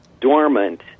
dormant